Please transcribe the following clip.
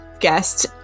guest